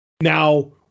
Now